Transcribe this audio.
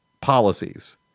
policies